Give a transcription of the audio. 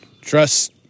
Trust